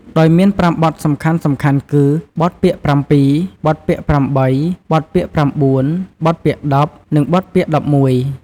ដោយមាន ៥ បទសំខាន់ៗគឺ បទពាក្យប្រាំពីរ, បទពាក្យប្រាំបី, បទពាក្យប្រាំបួន, បទពាក្យដប់ និង បទពាក្យដប់មួយ។